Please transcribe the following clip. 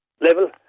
level